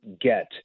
get